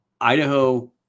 Idaho